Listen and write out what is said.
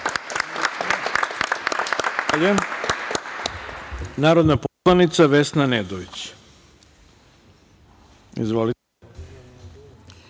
narodna poslanica Vesna Nedović.